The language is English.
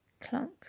Clunk